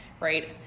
Right